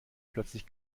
plötzlich